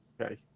okay